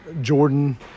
jordan